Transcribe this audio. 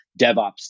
DevOps